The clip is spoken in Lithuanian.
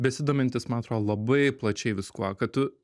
besidomintys man atrodo labai plačiai viskuo kad tu